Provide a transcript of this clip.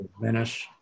Venice